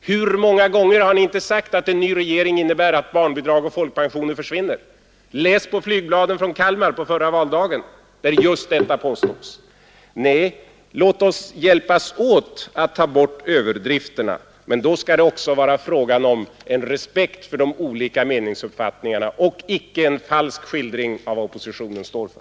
Hur många gånger har ni inte sagt att en ny regering innebär att barnbidrag och folkpensioner försvinner? Läs på flygbladen från Kalmar på förra valdagen, där just detta påstås. Nej, låt oss hjälpas åt att ta bort överdrifterna, men då skall det också vara fråga om en respekt för de olika uppfattningarna och inte en falsk skildring av vad oppositionen står för